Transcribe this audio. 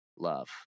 love